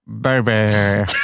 Baby